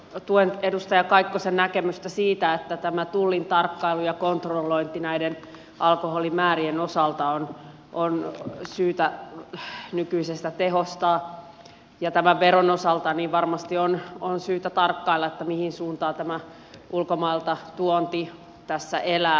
tuen edustaja kaikkosen näkemystä siitä että tullin tarkkailua ja kontrollointia näiden alkoholimäärien osalta on syytä nykyisestä tehostaa ja tämän veron osalta varmasti on syytä tarkkailla mihin suuntaan tämä ulkomailta tuonti tässä elää